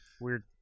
Weird